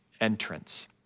entrance